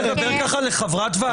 אתה מדבר ככה לחברת ועדה?